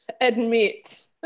admit